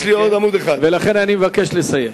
ולכן אני מבקש לסיים.